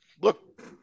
look